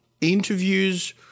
interviews